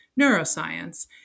neuroscience